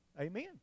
Amen